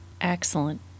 Excellent